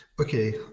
Okay